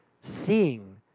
seeing